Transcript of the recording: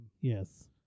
Yes